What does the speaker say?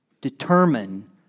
determine